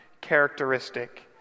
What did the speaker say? characteristic